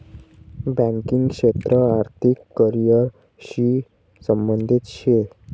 banking क्षेत्र आर्थिक career शी संबंधित शे